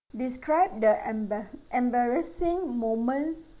describe the embar~ embarrassing moments